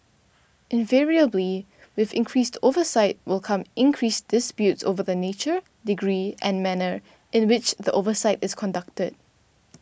invariably with increased oversight will come increased disputes over the nature degree and manner in which the oversight is conducted